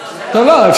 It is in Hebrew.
אני אאפשר לך.